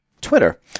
Twitter